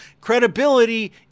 credibility